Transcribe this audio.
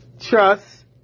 Trust